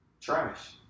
Trash